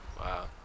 Wow